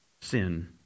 sin